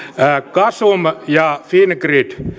gasum ja fingrid